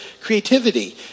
creativity